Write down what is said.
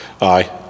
Aye